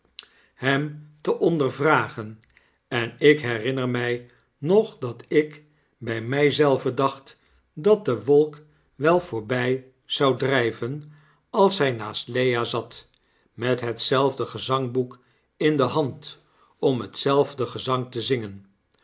hem te ondervragen en ik herinner my nog dat ik by my zelven dacht dat de wolk wel voorby zou dryven als hy naast lea zat met hetzelfde gezangboek in de hand om hetzelfde gezang te zingen